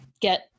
get